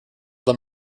them